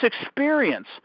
experience